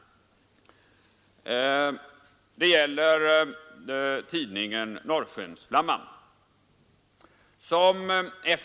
Skribenten är tidningen Norrskensflammans politiske redaktör, riksdagsmannen Alf Lövenborg.